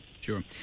Sure